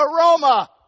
aroma